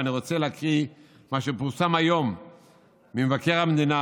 ואני רוצה להקריא מה שפורסם היום ממבקר המדינה,